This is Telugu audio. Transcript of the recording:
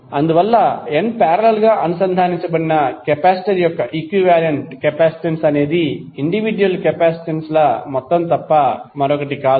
అందువల్ల n పారేలల్ గా అనుసంధానించబడిన కెపాసిటర్ యొక్క ఈక్వివాలెంట్ కెపాసిటెన్స్ అనేది ఇండివిడ్యుయల్ కెపాసిటెన్స్ల మొత్తం తప్ప మరొకటి కాదు